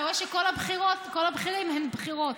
אתה רואה שכל הבכירים הם בכירות.